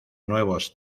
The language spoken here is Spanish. nuevos